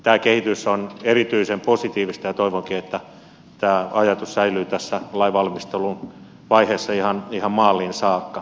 tämä kehitys on erityisen positiivista ja toivonkin että tämä ajatus säilyy tässä lainvalmistelun vaiheessa ihan maaliin saakka